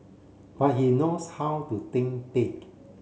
but he knows how to think big